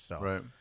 Right